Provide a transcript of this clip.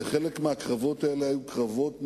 וחלק מהקרבות האלה היו קרבות נוראיים,